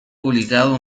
publicado